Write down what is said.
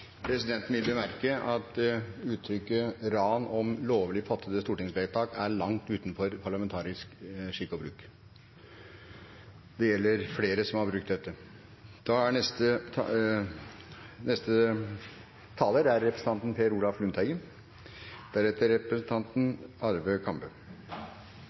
Presidenten vil bemerke at uttrykket «ran» om lovlig fattede stortingsvedtak er langt utenfor parlamentarisk skikk og bruk. Det gjelder flere som har brukt dette. Det er i hvert fall parlamentarisk å si at en slutter seg til den holdning og de verdier som representanten